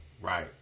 Right